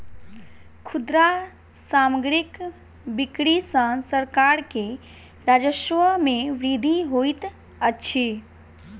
खुदरा सामग्रीक बिक्री सॅ सरकार के राजस्व मे वृद्धि होइत अछि